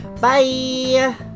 Bye